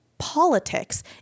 politics